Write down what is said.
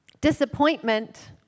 disappointment